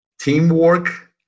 teamwork